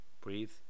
breathe